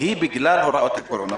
היא בגלל הוראות הקורונה.